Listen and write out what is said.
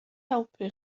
helpu